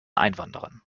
einwanderern